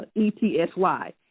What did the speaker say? E-T-S-Y